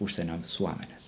užsienio visuomenes